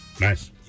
Nice